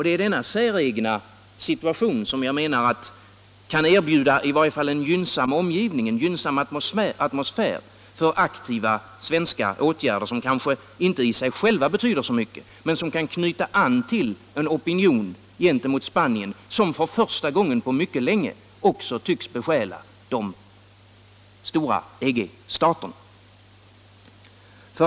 Det är denna säregna situation som kan erbjuda i varje fall en gynnsam atmosfär för aktiva svenska åtgärder, som kanske inte i sig själva betyder så mycket men som kan knyta an till en opinion 69 gentemot Spanien, en opinion som för första gången på mycket länge också tycks besjäla de stora EG-staterna.